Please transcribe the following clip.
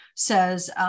says